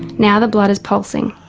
now the blood is pulsing,